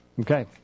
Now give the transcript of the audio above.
Okay